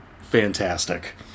fantastic